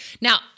now